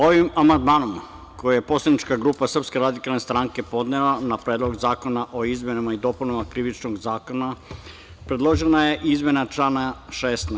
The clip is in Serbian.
Ovim amandmanom kojim je poslanička grupa SRS podnela na Predlog zakona o izmenama i dopunama Krivičnog zakona, predložena je izmena člana 16.